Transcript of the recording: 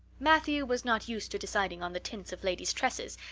matthew was not used to deciding on the tints of ladies' tresses,